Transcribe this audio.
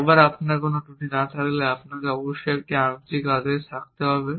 একবার আপনার কোনো ত্রুটি না থাকলে আপনার অবশ্যই একটি আংশিক আদেশ থাকতে হবে